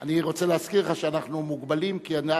אני רוצה להזכיר לך שאנחנו מוגבלים, כי אתה